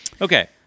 Okay